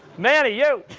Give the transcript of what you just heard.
manny, you.